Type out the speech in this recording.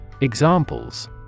examples